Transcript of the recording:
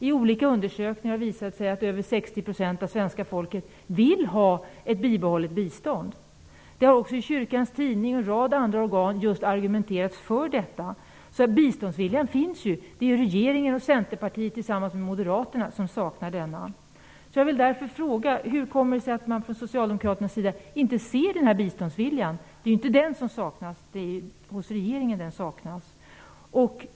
I olika undersökningar visar det sig att över 60 % av svenska folket vill ha ett bibehållet bistånd. Det har också i Kyrkans Tidning och en rad andra organ argumenterats för detta. Så biståndsviljan finns. Det är regeringen och Centerpartiet som tillsammans med Moderaterna saknar denna. Jag vill därför fråga: Hur kommer det sig att man från socialdemokraternas sida inte ser denna biståndsvilja? Det är inte den som saknas. Det är hos regeringen den saknas.